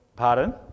pardon